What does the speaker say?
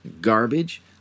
garbage